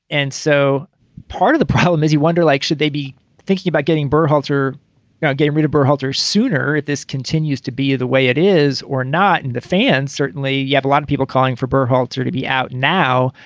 and so part of the problem is you wonder like should they be thinking about getting burkhalter now getting rid of burkholder sooner if this continues to be the way it is or not. and the fans certainly yeah have a lot of people calling for bill halter to be out now.